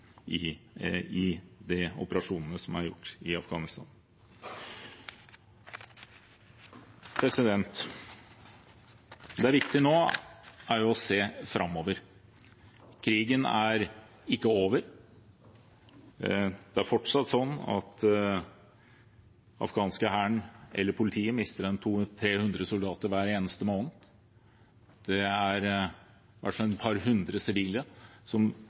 i operasjonene i Afghanistan. Det viktige nå er å se framover. Krigen er ikke over. Det er fortsatt sånn at den afghanske hæren, eller politiet, mister 200–300 soldater hver eneste måned. Det er i hvert fall et par hundre sivile som